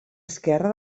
esquerra